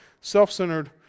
self-centered